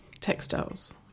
textiles